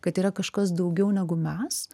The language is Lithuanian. kad yra kažkas daugiau negu mes